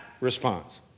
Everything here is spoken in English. response